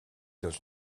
dans